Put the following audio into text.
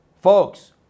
folks